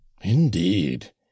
Indeed